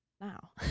now